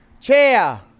Chair